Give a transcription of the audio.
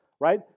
right